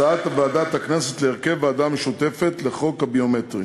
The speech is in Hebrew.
הצעת ועדת הכנסת להרכב ועדה משותפת לחוק הביומטרי.